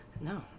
No